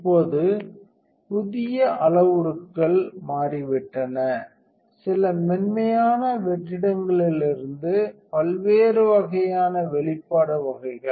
இப்போது புதிய அளவுருக்கள் மாறிவிட்டன சில மென்மையான வெற்றிடங்களிலிருந்து பல்வேறு வகையான வெளிப்பாடு வகைகள்